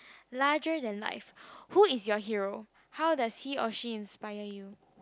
larger than life who is your hero how does he or she inspired you